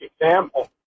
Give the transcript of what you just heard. example